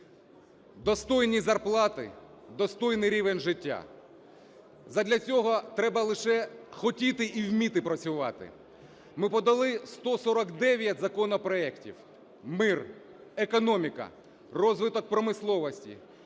достойні зарплати, достойний рівень життя – задля цього треба лише хотіти і вміти працювати. Ми подали 149 законопроектів. Мир, економіка, розвиток промисловості,